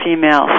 female